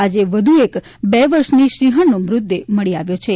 આજે વધુ એક બે વર્ષની સિંહણનો મૃતદેહ મળી આવ્યો છે